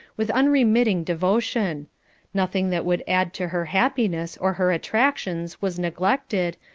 with unremitting devotion nothing that would add to her happiness or her attractions was neglected,